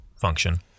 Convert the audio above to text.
function